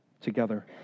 together